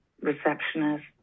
receptionist